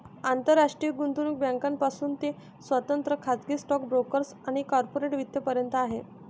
आंतरराष्ट्रीय गुंतवणूक बँकांपासून ते स्वतंत्र खाजगी स्टॉक ब्रोकर्स आणि कॉर्पोरेट वित्त पर्यंत आहे